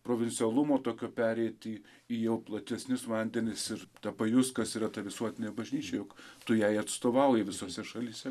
provincialumo tokio pereiti į jau platesnius vandenis ir tą pajust kas yra ta visuotinė bažnyčia juk tu jai atstovauji visose šalyse